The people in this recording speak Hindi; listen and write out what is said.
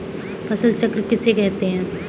फसल चक्र किसे कहते हैं?